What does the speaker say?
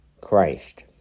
Christ